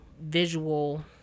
visual